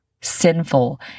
sinful